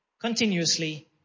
continuously